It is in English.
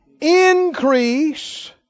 Increase